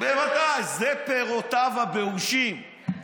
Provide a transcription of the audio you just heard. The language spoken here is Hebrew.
בוודאי, זה "פירותיו הבאושים".